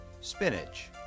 spinach